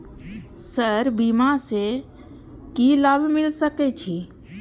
Sir बीमा से की लाभ मिल सके छी?